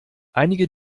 einige